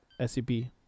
SCP